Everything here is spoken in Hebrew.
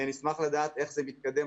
נשמח לדעת איך זה מתקדם,